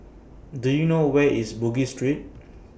Do YOU know Where IS Bugis Street